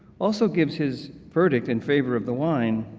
also gives his verdict in favor of the wine,